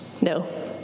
No